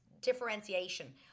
differentiation